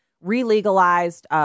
re-legalized